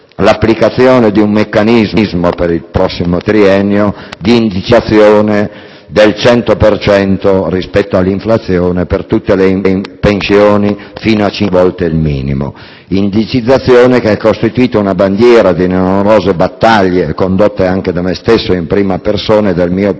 l'applicazione di un meccanismo di indicizzazione del 100 per cento rispetto all'inflazione per tutte le pensioni fino a cinque volte il minimo; indicizzazione che ha costituito una bandiera di numerose battaglie condotte anche da me stesso in prima persona e dal mio partito